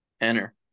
enter